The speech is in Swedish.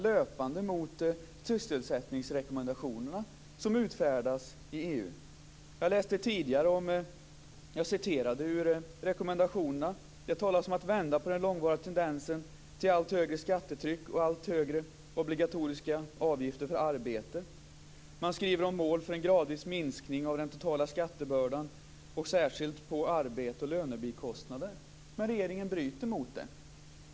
Jag citerade tidigare ur rekommendationerna. Det talas om att vända på den långvariga tendensen till allt högre skattetryck och allt högre obligatoriska avgifter för arbete. Man skriver om en gradvis minskning av den totala skattebördan och särskilt på arbete och lönebikostnader. Men regeringen bryter mot det.